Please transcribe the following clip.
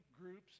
groups